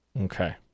Okay